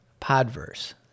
Podverse